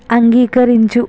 అంగీకరించు